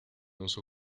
uso